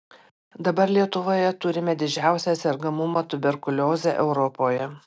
dabar lietuvoje turime didžiausią sergamumą tuberkulioze europoje